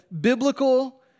biblical